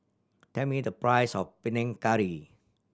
tell me the price of Panang Curry